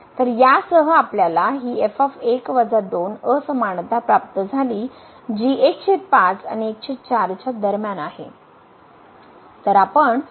तरयासह आपल्याला ही असमानता प्राप्त झाली जी 15 आणि 14 च्या दरम्यान आहे